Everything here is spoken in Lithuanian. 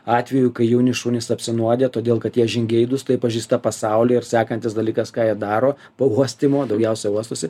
atvejų kai jauni šunys apsinuodija todėl kad jie žingeidūs taip pažįsta pasaulį ir sekantis dalykas ką jie daro pauostymu o daugiausia uostosi